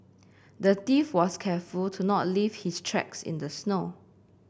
the thief was careful to not leave his tracks in the snow